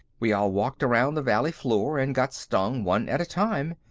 we all walked around the valley floor and got stung one at a time.